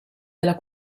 della